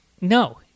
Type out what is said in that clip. No